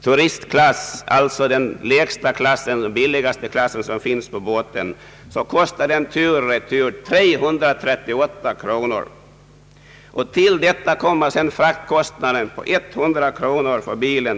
i turistklass, alltså den billigaste, tur och retur 338 kronor. Till detta kommer sedan fraktkostnaden på ca 100 kronor för bilen.